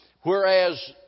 whereas